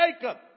Jacob